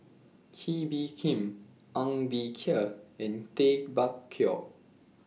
Kee Bee Khim Ng Bee Kia and Tay Bak Koi